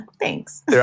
Thanks